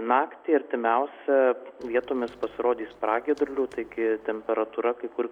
naktį artimiausią vietomis pasirodys pragiedrulių taigi temperatūra kai kur